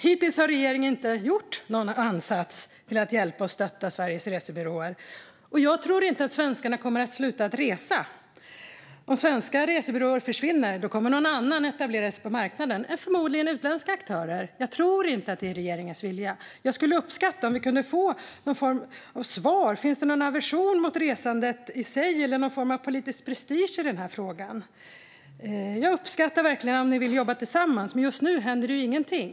Hittills har regeringen inte gjort någon ansats att hjälpa och stötta Sveriges resebyråer. Jag tror inte att svenskarna kommer att sluta att resa. Om svenska resebyråer försvinner kommer någon annan att etablera sig på marknaden. Förmodligen blir det utländska aktörer. Jag tror inte att det är regeringens vilja. Jag skulle uppskatta om vi kunde få svar. Finns det någon aversion mot resandet i sig eller någon form av politisk prestige i den här frågan? Jag uppskattar verkligen om ni vill jobba tillsammans, men just nu händer det ju ingenting.